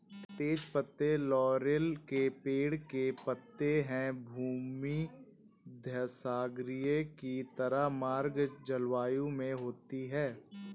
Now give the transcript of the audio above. तेज पत्ते लॉरेल के पेड़ के पत्ते हैं भूमध्यसागरीय की तरह गर्म जलवायु में होती है